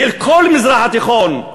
של כל המזרח התיכון,